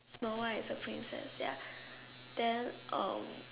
Snow-White is a princess ya then um